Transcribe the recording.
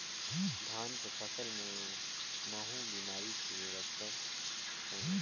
धान के फसल मे महू बिमारी के लक्षण कौन हे?